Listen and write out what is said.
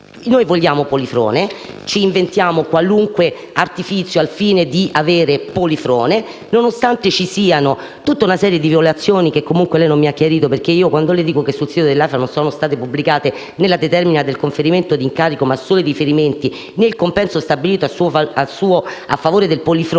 noi vogliamo Polifrone, ci inventiamo qualunque artifizio al fine di avere Polifrone, nonostante vi sia stata tutta una serie di violazioni (che comunque lei non mi ha chiarito). Le ribadisco infatti che sul sito dell'Aifa non sono state pubblicate né la determina del conferimento di incarico, ma solo i riferimenti, né il compenso stabilito a favore del Polifrone